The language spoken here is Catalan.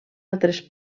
altres